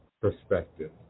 perspective